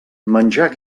menjar